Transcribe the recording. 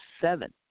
seven